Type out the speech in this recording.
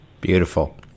Beautiful